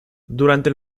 durante